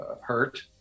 hurt